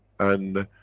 and.